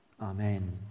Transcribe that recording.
Amen